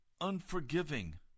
unforgiving